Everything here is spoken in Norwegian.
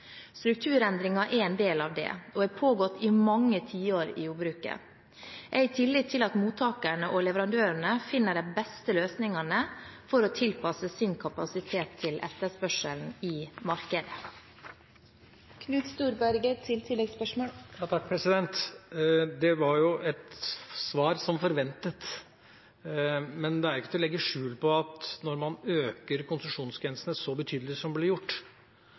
Strukturendringer er en del av det, og har pågått i mange tiår i jordbruket. Jeg har tillit til at mottakerne og leverandørene finner de beste løsningene for å tilpasse sin kapasitet til etterspørselen i markedet. Det var jo et svar som forventet. Men det er ikke til å legge skjul på at når man øker konsesjonsgrensene så betydelig som det ble gjort,